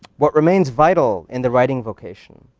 what remains vital in the writing vocation,